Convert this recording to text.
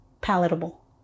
palatable